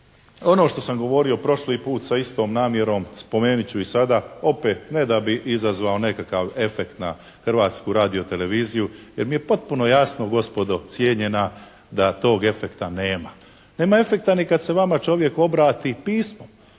ono što sam govorio prošli put sa istom namjerom spomenut ću i sada opet ne da bih izazvao nekakav efekt na Hrvatsku radioteleviziju jer mi je potpuno jasno gospodo cijenjena da tog efekta nema. Nema efekta ni kad se vama čovjek obrati pismom,